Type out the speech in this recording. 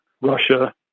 russia